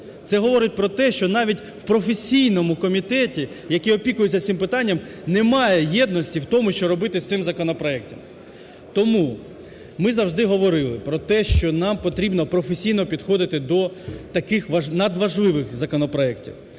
Це говорить про те, що навіть в професійному комітеті, який опікується цим питанням, немає єдності в тому, що робити з цим законопроектом. Тому ми завжди говорили про те, що нам потрібно професійно підходити до таких надважливих законопроектів.